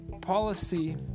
policy